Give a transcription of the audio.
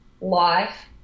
life